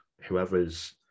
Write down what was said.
whoever's